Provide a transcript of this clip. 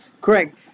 Craig